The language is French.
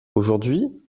aujourd’hui